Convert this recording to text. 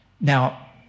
Now